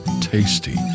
tasty